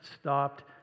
stopped